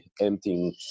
emptying